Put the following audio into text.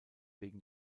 wegen